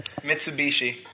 Mitsubishi